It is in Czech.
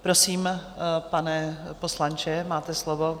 Prosím, pane poslanče, máte slovo.